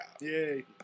Yay